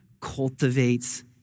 cultivates